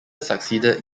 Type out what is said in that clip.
succeeded